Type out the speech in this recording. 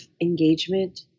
engagement